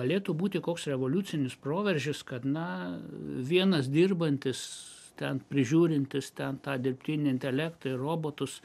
galėtų būti koks revoliucinis proveržis kad na vienas dirbantis ten prižiūrintis ten tą dirbtinį intelektą ir robotus